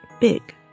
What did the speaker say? big